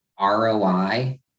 ROI